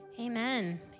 amen